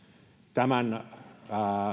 tämän